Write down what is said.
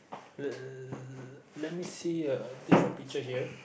uh let me see a different picture here